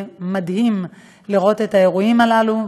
זה מדהים לראות את האירועים הללו,